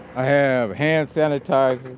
i have hand sanitizer,